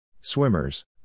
Swimmers